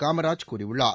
காமராஜ் கூறியுள்ளார்